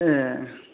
ए